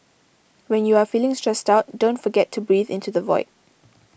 when you are feeling stressed out don't forget to breathe into the void